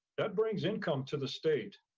that brings income to the state.